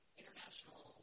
international